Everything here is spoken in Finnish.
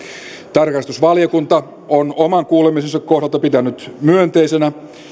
tarkastusvaliokunta on oman kuulemisensa kohdalta pitänyt myönteisenä